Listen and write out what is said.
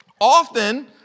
often